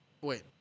Wait